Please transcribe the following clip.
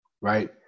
right